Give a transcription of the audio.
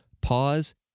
pause